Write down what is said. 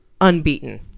unbeaten